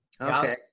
Okay